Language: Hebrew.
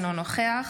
אינו נוכח